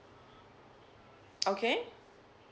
okay